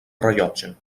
rellotge